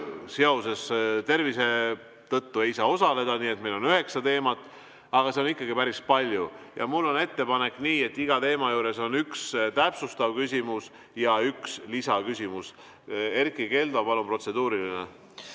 saa küsija tervise tõttu osaleda, nii et meil on üheksa teemat. Aga seda on ikkagi päris palju. Mul on ettepanek, et iga teema juures on üks täpsustav küsimus ja üks lisaküsimus. Erkki Keldo, palun, protseduuriline!